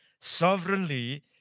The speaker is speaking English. sovereignly